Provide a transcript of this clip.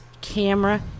camera